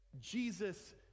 Jesus